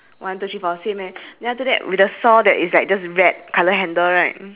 we must find out what else is the difference eh your that the man